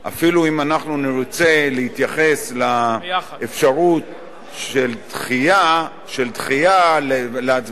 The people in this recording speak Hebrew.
אפילו אם נרצה להתייחס לאפשרות של דחיית ההצבעה,